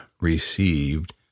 received